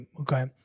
okay